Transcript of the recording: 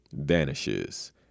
vanishes